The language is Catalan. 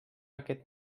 aquest